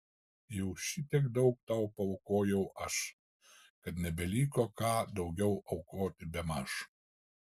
jau šitiek daug tau paaukojau aš kad nebeliko ką daugiau aukoti bemaž